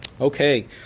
Okay